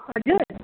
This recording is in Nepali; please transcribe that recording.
हजुर